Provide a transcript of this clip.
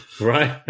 Right